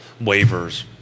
waivers